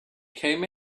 came